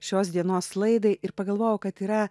šios dienos laidai ir pagalvojau kad yra